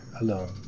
alone